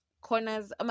corners